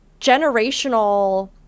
generational